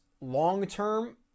long-term